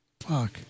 Fuck